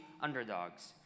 underdogs